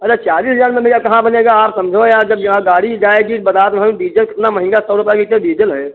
अरे चालीस हज़ार में भैया कहाँ बनेगा आप समझो यार जब यहाँ गाड़ी जाएगी बता तो रहा हूँ डीजल कितना महंगा सौ रुपये लीटर डीजल है